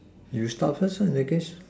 you start first lah the case